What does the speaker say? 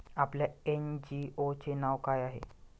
आपल्या एन.जी.ओ चे नाव काय आहे?